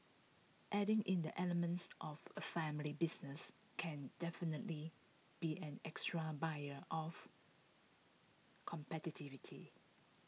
adding in the elements of A family business can definitely be an extra buyer of